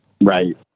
Right